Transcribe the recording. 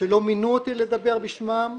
שלא מינו אותי לדבר בשמם,